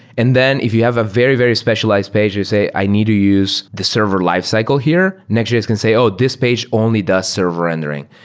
and then if you have a very, very specialized page, you say, i need to use the server lifecycle here. next js can say, oh, this page only does server rendering.